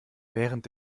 während